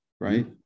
right